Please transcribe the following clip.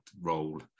role